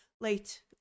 late